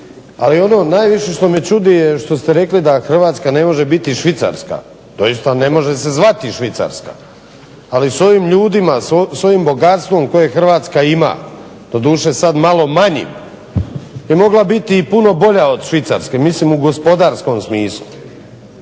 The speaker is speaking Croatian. Ali ono najviše što me čudi što ste rekli da Hrvatska ne može biti Švicarska. Doista ne može se zvati Švicarska, ali s ovim ljudima s ovim bogatstvom koje Hrvatska ima, doduše sada malo manji, bi mogla biti i puno bolja od Švicarske mislim u gospodarskom smislu.